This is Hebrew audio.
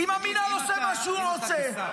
אם המינהל עושה מה שהוא רוצה,